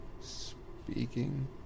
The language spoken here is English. speaking